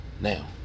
Now